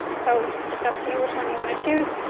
so just up to you which one you wanna choose.